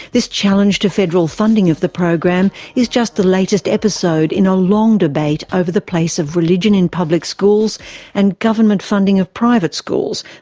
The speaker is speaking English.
this challenge to federal funding of the program is just the latest episode in a long debate over the place of religion in public schools and government funding of private schools,